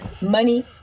money